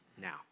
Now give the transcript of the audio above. now